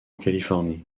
californie